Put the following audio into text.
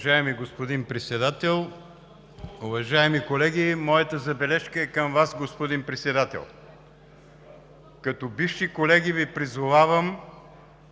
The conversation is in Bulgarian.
Уважаеми господин Председател, уважаеми колеги! Моята забележка е към Вас, господин Председател. Като бивши колеги Ви призовавам